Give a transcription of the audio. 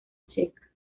checa